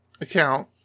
account